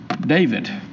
David